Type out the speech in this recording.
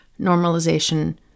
normalization